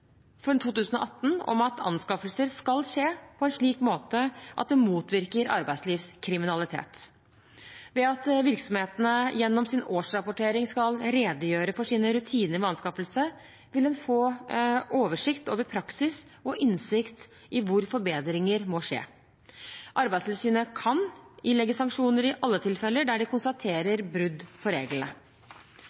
for 2018 om at anskaffelser skal skje på en slik måte at det motvirker arbeidslivskriminalitet. Ved at virksomhetene gjennom sin årsrapportering skal redegjøre for sine rutiner ved anskaffelser, vil en få oversikt over praksis og innsikt i hvor forbedringer må skje. Arbeidstilsynet kan ilegge sanksjoner i alle tilfeller der de konstaterer brudd på reglene.